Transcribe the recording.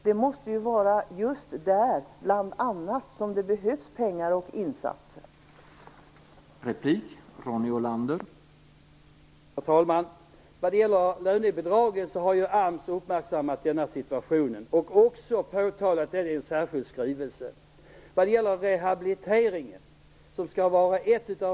Det måste ju vara just där som pengar och insatser behövs.